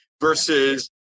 versus